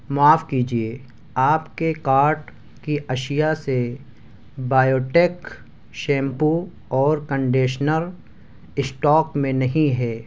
معاف کیجیے آپ کے کارٹ کی اشیاء سے بایوٹیک شیمپو اور کنڈیشنر اسٹاک میں نہیں ہے